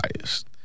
biased